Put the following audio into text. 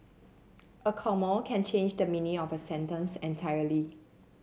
a comma can change the meaning of a sentence entirely